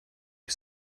you